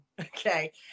Okay